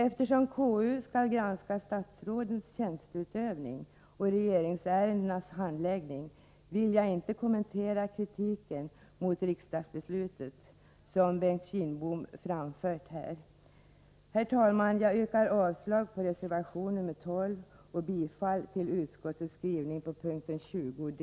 Eftersom KU skall granska statsrådens tjänsteutövning och regeringsärendenas handläggning vill jag inte kommentera den kritik mot riksdagsbeslutet som Bengt Kindbom har framfört. Herr talman! Jag yrkar avslag på reservation nr 12 och bifall till utskottets skrivning på punkten 20 d.